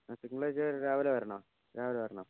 തിങ്കളാഴ്ച രാവിലെ വരണോ രാവിലെ വരണോ